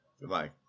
goodbye